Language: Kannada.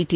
ಟಿ